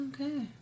okay